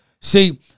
See